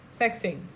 sexing